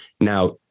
Now